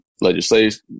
legislation